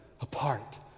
apart